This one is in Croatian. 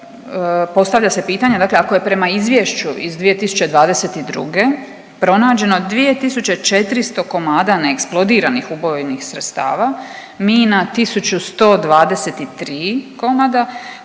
postavlja se pitanje dakle ako je prema Izvješću iz 2022. pronađeno 2400 komada neeksplodiranih ubojnih sredstava, mina 1123 komada,